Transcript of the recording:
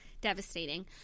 devastating